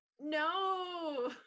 No